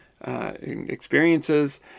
experiences